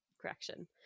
Correction